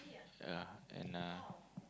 yea and uh